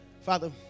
Father